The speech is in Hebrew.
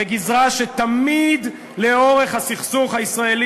ללמוד מהי אופוזיציה אחראית, תפסיק.